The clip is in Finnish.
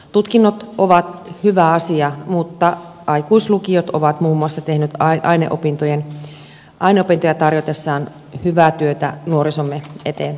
tutkinnot ovat hyvä asia mutta aikuislukiot ovat muun muassa tehneet aineopintoja tarjotessaan hyvää työtä nuorisomme eteen